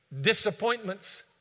disappointments